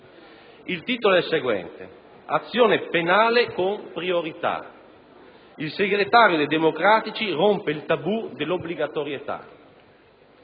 Il titolo è il seguente: «Azione penale con priorità. Il segretario dei Democratici rompe il tabù dell'obbligatorietà».